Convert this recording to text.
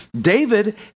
David